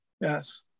Yes